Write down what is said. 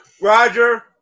Roger